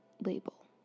label